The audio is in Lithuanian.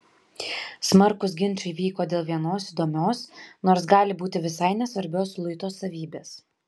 smarkūs ginčai vyko dėl vienos įdomios nors gali būti visai nesvarbios luito savybės